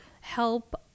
help